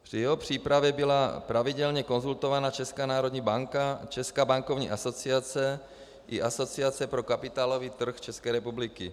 Při jeho přípravě byla pravidelně konzultována Česká národní banka, Česká bankovní asociace i Asociace pro kapitálový trh České republiky.